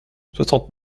soixante